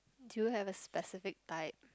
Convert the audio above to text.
do you have a specific type